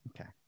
okay